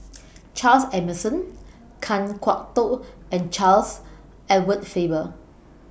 Charles Emmerson Kan Kwok Toh and Charles Edward Faber